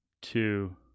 two